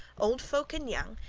old folk and young,